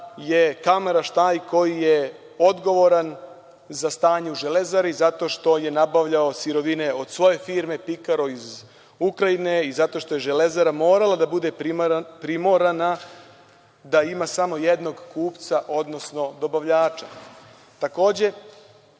je Kamaraš taj koji je odgovoran za stanje u „Železari“ zato što je nabavljao sirovine od svoje firme „Pikaro“ iz Ukrajine i zato što je „Železara“ morala da bude primorana da ima samo jednog kupca, odnosno dobavljača. Takođe,